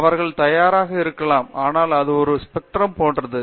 அவர்கள் தயாராக இருக்கலாம் ஆனால் அது ஒரு ஸ்பெக்ட்ரம் போன்றது